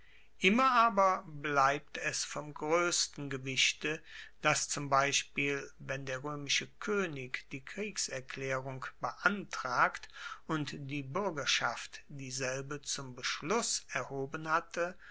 immer aber bleibt es vom groessten gewichte dass zum beispiel wenn der roemische koenig die kriegserklaerung beantragt und die buergerschaft dieselbe zum beschluss erhoben hatte